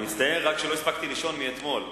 אני רק מצטער שלא הספקתי לישון מאתמול.